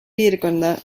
piirkonda